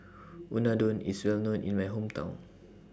Unadon IS Well known in My Hometown